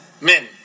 men